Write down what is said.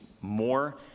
more